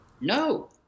No